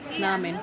nah man